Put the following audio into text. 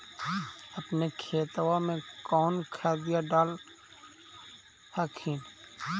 अपने खेतबा मे कौन खदिया डाल हखिन?